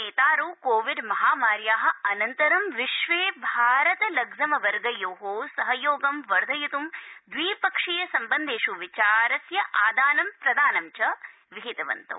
नेताराव्भौ कोविडमहामार्या अनन्तरं विश्वे भारत लग्ज़मबर्गयो सहयोगं वर्धयित् द्विपक्षीय सम्बन्धेष् विचारादान प्रदानं विहितन्तौ